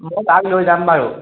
মই তাল লৈ যাম বাৰু